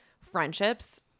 friendships